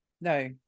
no